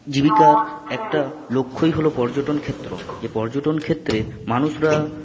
জীবিকার একটা লক্ষ্যই হল পর্যটনক্ষেত্র যে পর্যটনক্ষেত্রে মানুষরা